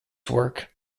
work